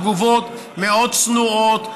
תגובות מאוד צנועות,